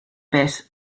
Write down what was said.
bit